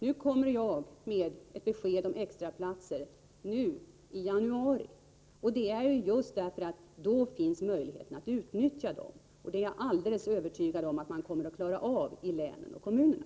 Nu kommer jag i januari med ett besked om extraplatser. Det sker just därför att det då blir möjligt att utnyttja dessa platser. Jag är alldeles övertygad om att man kommer att klara detta i länen och kommunerna.